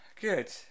Good